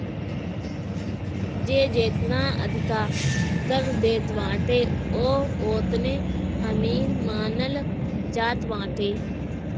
जे जेतना अधिका कर देत बाटे उ ओतने अमीर मानल जात बाटे